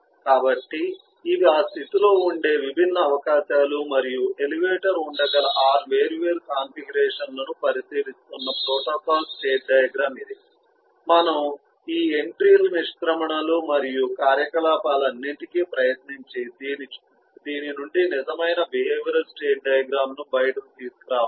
కాబట్టి ఇవి ఆ స్థితిలో ఉండే విభిన్న అవకాశాలు మరియు ఎలివేటర్ ఉండగల 6 వేర్వేరు కాన్ఫిగరేషన్లను పరిశీలిస్తున్న ప్రోటోకాల్ స్టేట్ డయాగ్రమ్ ఇది మనము ఈ ఎంట్రీల నిష్క్రమణలు మరియు కార్యకలాపాలన్నింటికీ ప్రయత్నించి దీని నుండి నిజమైన బిహేవియరల్ స్టేట్ డయాగ్రమ్ ను బయటకు తీసుకురావచ్చు